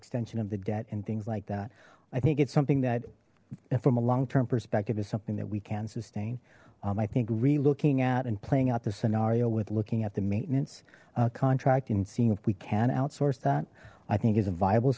extension of the debt and things like that i think it's something that from a long term perspective is something that we can sustain i think re looking at and playing out the scenario with looking at the maintenance contract and seeing if we can outsource that i think is a viable